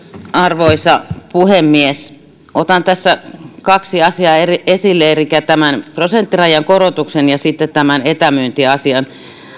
arvoisa puhemies otan tässä kaksi asiaa esille elikkä prosenttirajan korotuksen ja sitten etämyyntiasian